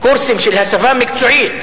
קורסים של הסבה מקצועית,